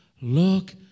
look